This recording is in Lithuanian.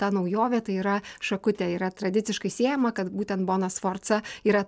ta naujovė tai yra šakutė yra tradiciškai siejama kad būtent bona sforca yra